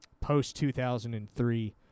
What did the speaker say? post-2003